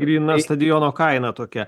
gryna stadiono kaina tokia